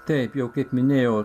taip jau kaip minėjau